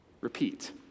repeat